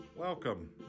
Welcome